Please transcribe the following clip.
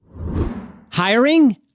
Hiring